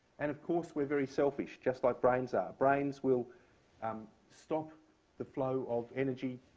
and of course, we're very selfish, just like brains are. brains will um stop the flow of energy,